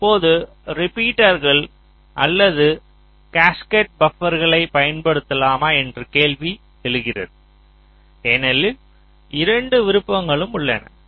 இப்போது ரிப்பீட்டர்கள் அல்லது கேஸ்கேட் பபர்களைப் பயன்படுத்தலாமா என்ற கேள்வி எழுகிறது ஏனெனில் இரண்டு விருப்பங்களும் உள்ளன